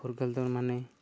ᱯᱷᱩᱨᱜᱟᱹᱞ ᱫᱚ ᱢᱟᱱᱮ